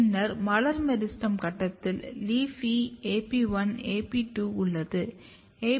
பின்னர் மலர் மெரிஸ்டெம் கட்டத்தில் LEAFY AP1 AP2 உள்ளது